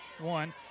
one